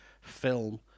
film